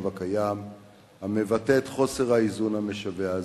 הקיים המבטא את חוסר האיזון המשווע הזה,